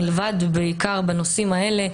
מלבד בעיקר בנושאים האלה,